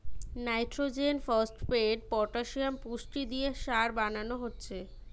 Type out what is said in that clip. nitrogen, phosphate, potassium পুষ্টি দিয়ে সার বানানা হচ্ছে